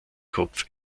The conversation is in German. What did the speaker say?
kopf